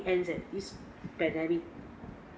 ends there is pandemic